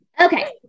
Okay